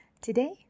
Today